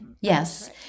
Yes